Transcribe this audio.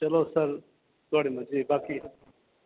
चलो सर थोआड़ी मर्जी बाकी